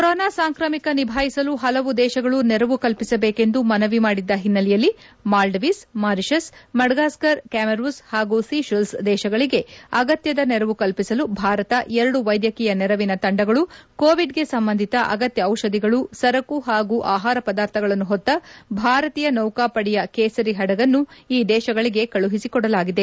corona ಸಾಂಕ್ರಾಮಿಕ ನಿಭಾಯಿಸಲು ಹಲವು ದೇಶಗಳು ನೆರವು ಕಲ್ಪಿಸಬೇಕೆಂದು ಮನವಿ ಮಾಡಿದ್ದ ಹಿನ್ನೆಲೆಯಲ್ಲಿ ಮಾಲ್ಡಿವ್ಸ್ ಮಾರಿಷಿಯಸ್ ಮಡ್ಸಾಸ್ತರ್ ಕ್ಯಾಮರೂಸ್ ಹಾಗೂ ಸಿಶೆಲ್ಸ್ ದೇಶಗಳಿಗೆ ಅಗತ್ಯದ ನೆರವು ಕಲ್ಪಿಸಲು ಭಾರತ ಎರಡು ವೈದ್ಯಕೀಯ ನೆರವಿನ ತಂಡಗಳು ಕೋವಿಡ್ಗೆ ಸಂಬಂಧಿತ ಅಗತ್ಯ ಔಷಧಿಗಳು ಸರಕು ಹಾಗೂ ಆಹಾರ ಪದಾರ್ಥಗಳನ್ನು ಹೊತ್ತ ಭಾರತೀಯ ನೌಕಾ ಪಡೆಯ ಕೇಸರಿ ಹಡಗನ್ನು ಈ ದೇಶಗಳಿಗೆ ಕಳುಹಿಸಲಾಗಿದೆ